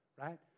right